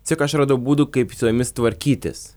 tiesiog aš radau būdų kaip su jomis tvarkytis